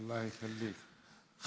אלוהים ישמור אותך.